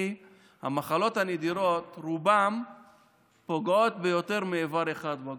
כי רוב המחלות הנדירות פוגעות ביותר מאיבר אחד בגוף.